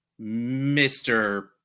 Mr